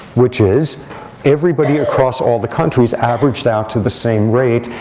which is everybody across all the countries averaged out to the same rate,